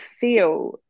feel